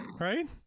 right